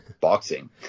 boxing